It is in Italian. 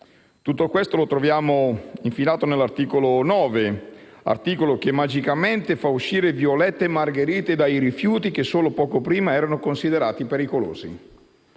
Tutto questo lo troviamo infilato nell'articolo 9 del provvedimento in esame, che magicamente fa uscire violette e margherite dai rifiuti, che solo poco prima erano considerati pericolosi.